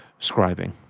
scribing